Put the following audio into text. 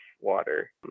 water